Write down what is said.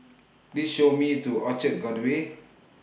Please Show Me to Orchard Gateway